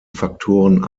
faktoren